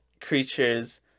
creatures